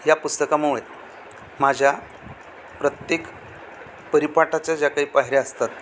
या पुस्तकामुळे माझ्या प्रत्येक परिपाठाच्या ज्या काही पायऱ्या असतात